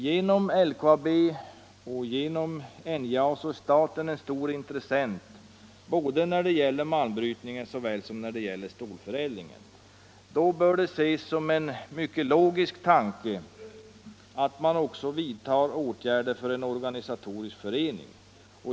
Genom LKAB och NJA är staten en stor intressent både när det gäller malmbrytningen och stålförädlingen. Det bör då ses som en logisk tanke att man också vidtar åtgärder för en organisatorisk förening.